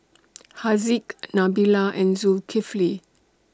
Haziq Nabila and Zulkifli